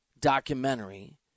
documentary